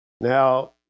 Now